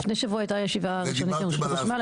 לפני שבוע הייתה ישיבה ראשונית עם רשות החשמל,